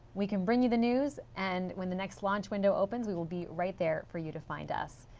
we can bring you the news and when the next launch window opens, we will be right there for you to find us.